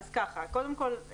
קודם כול,